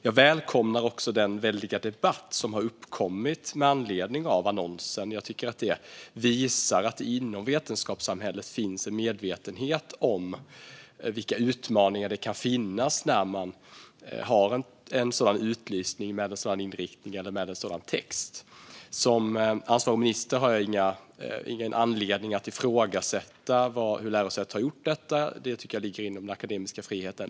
Jag välkomnar också den väldiga debatt som har uppkommit med anledning av annonsen. Jag tycker att den visar att det inom vetenskapssamhället finns en medvetenhet om vilka utmaningar det kan finnas när man har en utlysning med en sådan inriktning eller med en sådan text. Som ansvarig minister har jag ingen anledning att ifrågasätta hur lärosätet har gjort detta. Det tycker jag ligger inom den akademiska friheten.